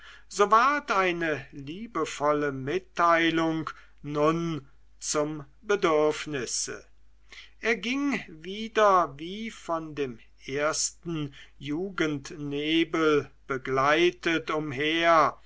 so ward eine liebevolle mitteilung nun zum bedürfnisse er ging wieder wie von dem ersten jugendnebel begleitet umher